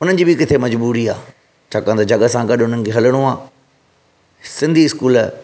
उन्हनि जी बि किथे मजबूरी आहे छाकाणि त जॻ सां गॾु उन्हनि खे हलणो आहे सिंधी स्कूल